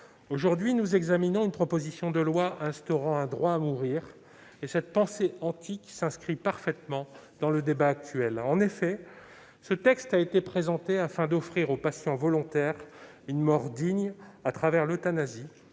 Aujourd'hui, nous examinons une proposition de loi instaurant un droit à mourir, et cette pensée antique s'inscrit parfaitement dans le débat actuel. En effet, ce texte a été présenté afin d'offrir aux patients volontaires une mort digne, grâce à l'euthanasie